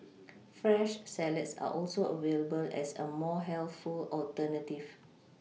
fresh salads are also available as a more healthful alternative